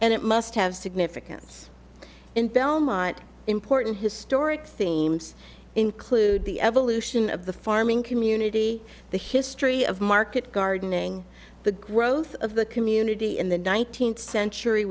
and it must have significance in belmont important historic seems include the evolution of the farming community the history of market gardening the growth of the community in the nineteenth century